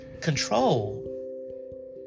control